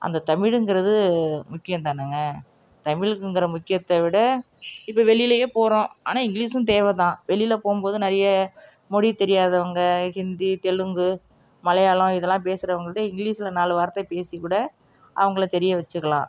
அந்த தமிழுங்கிறது முக்கியம்தானங்க தமிழுக்குங்கிற முக்கியத்தை விட இப்போது வெளியிலேயே போகிறோம் ஆனால் இங்கிலீஸும் தேவைதான் வெளியில் போகும்போது நிறைய மொழி தெரியாதவங்கள் ஹிந்தி தெலுங்கு மலையாளம் இதெல்லாம் பேசறவுங்கள்ட இங்கிலீஸில் நாலு வார்த்தை பேசி கூட அவங்கள தெரிய வச்சுக்கலாம்